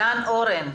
דן אורן,